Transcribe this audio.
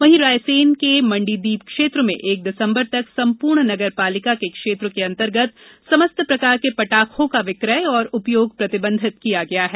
वहीं रायसेन के मण्डीदीप क्षेत्र में एक दिसम्बर तक सम्पूर्ण नगर पालिका के क्षेत्र के अंतर्गत समस्त प्रकार के पटाखों का विक्रय एवं उपयोग प्रतिबंधित किया गया है